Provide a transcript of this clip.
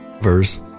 verse